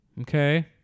Okay